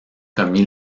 commis